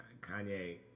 Kanye